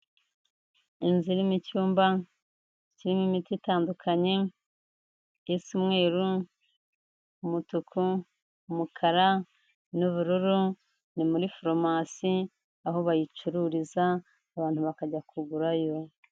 Inzu irimo icyumba kirimo imiti itandukanye, isa umweru, umutuku, umukara n'ubururu, ni muri foromasi aho bayicururiza abantu bakajya kugurayo.